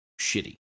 shitty